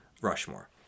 Rushmore